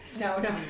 no